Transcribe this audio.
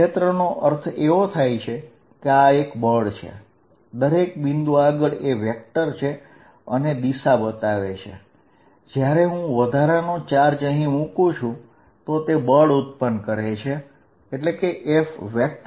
ક્ષેત્રનો અર્થ એવો થાય છે કે આ બળ છે દરેક બિંદુ આગળ એ સદિશ છે અને દિશા બતાવે છે જ્યારે હું વધારાનો ચાર્જ અહીં મૂકું છું તો તે બળ ઉત્પન્ન કરે છે